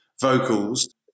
vocals